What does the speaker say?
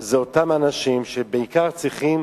פה באותם אנשים שבעיקר צריכים